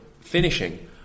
finishing